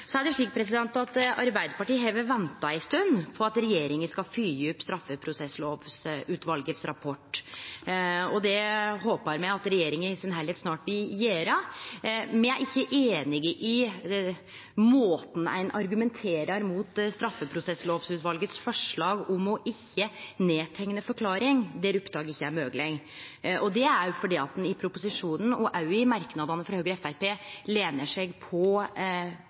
Arbeidarpartiet har venta ei stund på at regjeringa skal følgje opp rapporten frå straffeprosessutvalet. Det håpar me at regjeringa snart vil gjere. Me er ikkje einig i måten ein argumenterer mot straffeprosessutvalet sitt forslag om å skrive ned forklaringa der opptak ikkje er mogeleg. Det er fordi ein i proposisjonen, og også i merknadene frå Høgre og Framstegspartiet, berre lener seg på